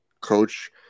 coach